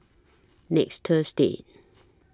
next Thursday